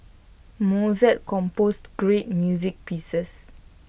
Mozart composed great music pieces